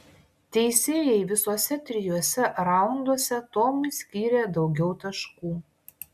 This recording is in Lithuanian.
teisėjai visuose trijuose raunduose tomui skyrė daugiau taškų